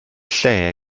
lle